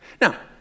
Now